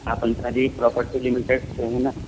آپ Ansari property limited سے ہیں نا